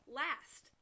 last